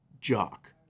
jock